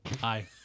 Hi